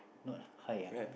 not high ah